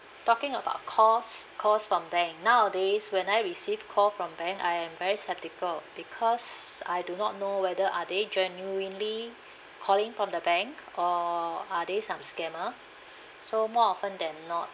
talking about calls calls from bank nowadays when I receive call from bank I am very sceptical because I do not know whether are they genuinely calling from the bank or are they some scammer so more often than not